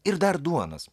ir dar duonos